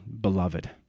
beloved